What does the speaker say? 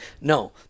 No